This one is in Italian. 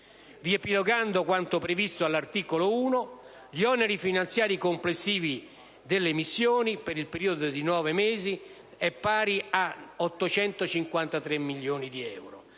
Riepilogando quanto previsto all'articolo 1, gli oneri finanziari complessivi delle missioni, per il periodo di nove mesi, sono pari a circa 853 milioni di euro,